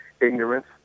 ignorance